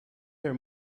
her